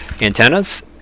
antennas